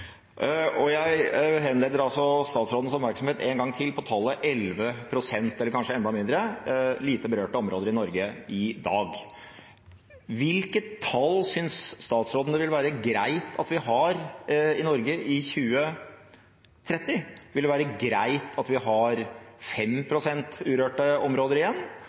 Jeg henleder statsrådens oppmerksomhet en gang til på tallet 11 pst., eller kanskje enda mindre, når det gjelder lite berørte områder i Norge i dag. Hvilket tall synes statsråden det vil være greit at vi har i Norge i 2030? Vil det være greit at vi har 5 pst. urørte områder igjen,